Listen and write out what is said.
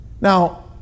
Now